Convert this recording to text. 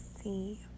see